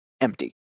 empty